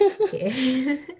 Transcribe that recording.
okay